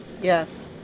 Yes